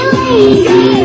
lazy